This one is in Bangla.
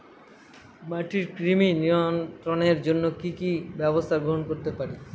মাটির কৃমি নিয়ন্ত্রণের জন্য কি কি ব্যবস্থা গ্রহণ করতে পারি?